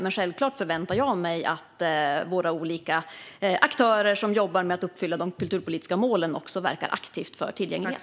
Men självklart förväntar jag mig att våra olika aktörer som jobbar med att uppfylla de kulturpolitiska målen också verkar aktivt för tillgänglighet.